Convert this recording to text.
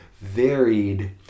varied